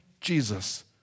Jesus